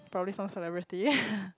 probably some celebrity